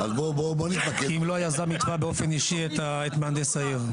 כי אז היזם יתבע באופן אישי את מהנדס העיר,